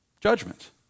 Judgment